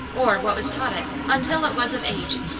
or what was taught it, until it was of age,